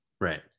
Right